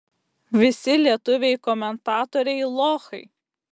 visi lietuviai komentatoriai lochai